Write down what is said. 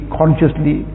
consciously